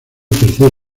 tercer